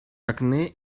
acne